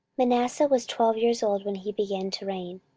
manasseh was twelve years old when he began to reign,